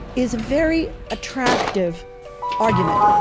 is a very attractive argument.